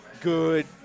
good